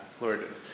Lord